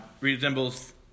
resembles